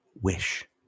wish